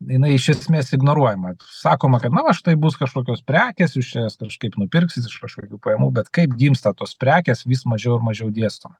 jinai iš esmės ignoruojama sakoma kad na va štai bus kažkokios prekės jūs čia jas kažkaip nupirksit iš kažkokių pajamų bet kaip gimsta tos prekės vis mažiau ir mažiau dėsto